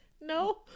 no